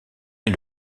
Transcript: est